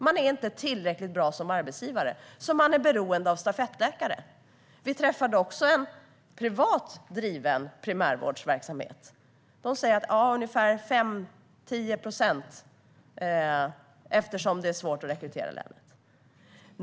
Man är inte tillräckligt bra som arbetsgivare, så man är beroende av stafettläkare. Vi träffade också en privat driven primärvårdsverksamhet. De säger att det handlar om ungefär 5-10 procent, eftersom det är svårt att rekrytera i länet.